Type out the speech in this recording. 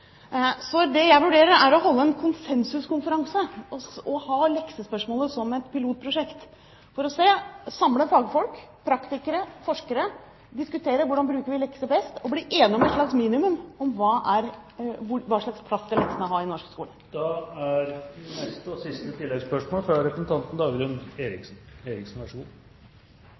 Det jeg vurderer, er å holde en konsensuskonferanse og ha leksespørsmålet som et pilotprosjekt for å samle fagfolk – praktikere og forskere – diskutere hvordan vi bruker lekser best, og bli enige om et slags minimum når det gjelder hva slags plass lekser skal ha i norsk skole. Neste oppfølgingsspørsmål er